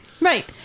Right